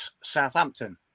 Southampton